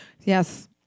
Yes